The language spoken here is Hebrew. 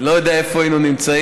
לא יודע איפה היינו נמצאים,